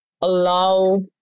allow